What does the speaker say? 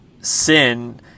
sin